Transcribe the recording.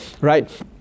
right